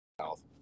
South